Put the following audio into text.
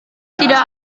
tidak